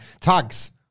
Tags